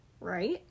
right